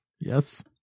Yes